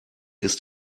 ist